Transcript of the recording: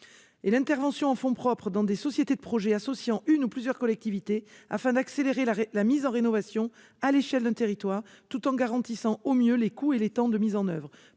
l'intervention en fonds propres dans des sociétés de projet associant une ou plusieurs collectivités a vocation à accélérer la mise en rénovation à l'échelle d'un territoire tout en garantissant au mieux les coûts et les temps de mise en oeuvre.